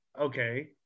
Okay